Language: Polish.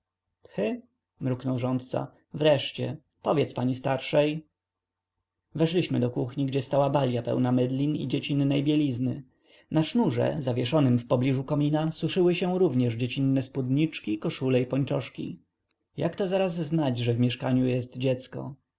mruknął rządca wreszcie powiedz pani starszej weszliśmy do kuchni gdzie stała balia pełna mydlin i dziecinnej bielizny na sznurze zawieszonym w pobliżu komina suszyły się również dziecinne spódniczki koszule i pończoszki jak to zaraz znać że w mieszkaniu jest dziecko